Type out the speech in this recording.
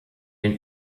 den